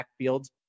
backfields